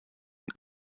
and